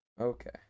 Okay